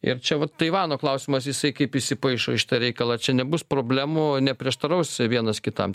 ir čia vat taivano klausimas jisai kaip įsipaišo į šitą reikalą čia nebus problemų neprieštaraus vienas kitam